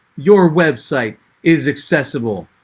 your website is accessible.